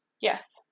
Yes